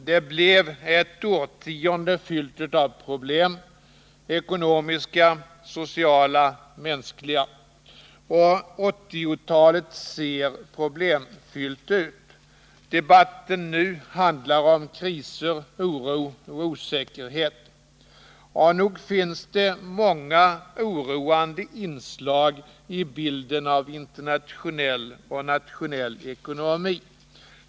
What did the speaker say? Det blev ett årtionde fyllt av problem: ekonomiska, sociala, mänskliga. Och 1980-talet ser problemfyllt ut. Debatten nu handlar om kriser, oro och osäkerhet. Nog finns det många oroande inslag i bilden av internationell och nationell ekonomi.